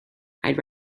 i’d